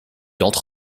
entre